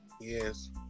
Yes